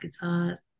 guitars